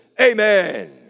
Amen